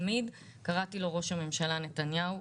תמיד קראתי לו "ראש הממשלה נתניהו",